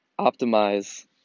optimize